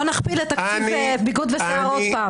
בואו נכפיל את תקציב הביגוד והשיער עוד פעם.